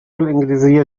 الإنجليزية